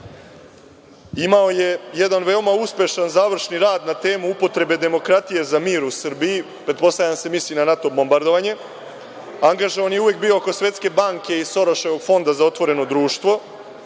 imao je jedan veoma uspešan završni rad na temu „Upotrebe demokratije za mir u Srbiji“, pretpostavljam da se misli na NATO bombardovanje, angažovan je uvek bio oko Svetske banke i Soroševog Fonda za otvoreno društvo,